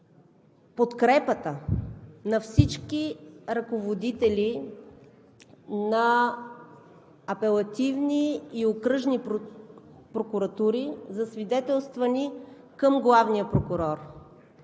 подкрепата на всички ръководители на апелативни и окръжни прокуратури, засвидетелствани към главния прокурор.